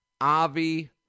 Avi